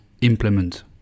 implement